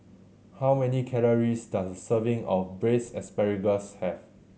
how many calories does a serving of braise asparagus have